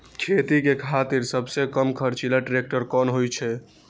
खेती के खातिर सबसे कम खर्चीला ट्रेक्टर कोन होई छै?